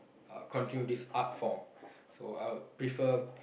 uh continue this art form so I would prefer